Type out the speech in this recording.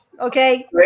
Okay